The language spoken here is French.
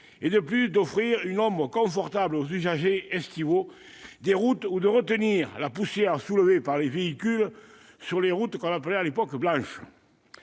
et, plus tard, d'offrir une ombre confortable aux usagers estivaux des routes ou de retenir la poussière soulevée par les véhicules sur les routes qu'on appelait à l'époque « blanches